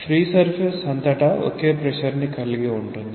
free surface అంతటా ఒకే pressure ని కలిగి ఉంటుంది